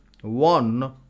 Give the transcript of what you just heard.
one